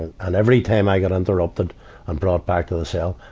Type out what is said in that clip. and and every time i get interrupted and brought back to the cell,